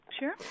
Sure